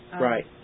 Right